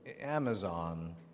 Amazon